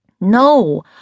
No